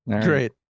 great